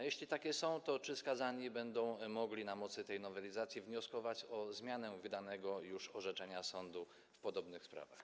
Jeśli takie są, to czy skazani będą mogli na mocy tej nowelizacji wnioskować o zmianę wydanego już orzeczenia sądu w podobnych sprawach?